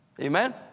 Amen